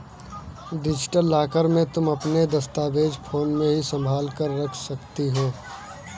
digital locker में तुम अपने दस्तावेज फोन में ही संभाल कर रख सकती हो